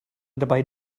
dabei